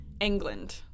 England